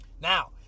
Now